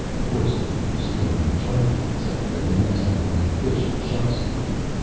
of course your skin recharges itself and the next time you eat fish it shocks you again.